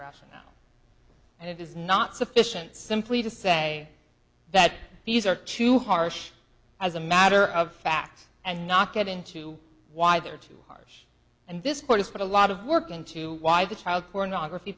rationale and it is not sufficient simply to say that these are too harsh as a matter of fact and not get into why they're too harsh and this court is put a lot of work into why the child pornography